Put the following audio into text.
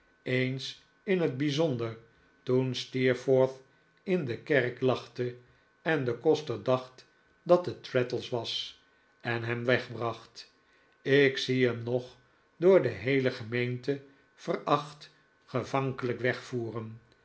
eens in het bijzpnder toen steerforth in de kerk lachte en de koster dacht dat het traddles was en hem wegbracht ik zie hem nog door de heele gemeente veracht gevankelijk wegvoeren